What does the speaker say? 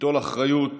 ליטול אחריות,